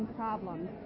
problems